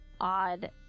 odd